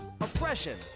oppression